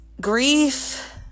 grief